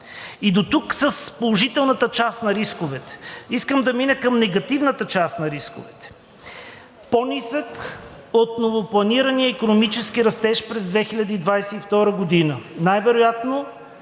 И дотук с положителната част на рисковете. Искам да мина към негативната част на рисковете. По-нисък от новопланирания икономически растеж през 2022 г. Най-вероятно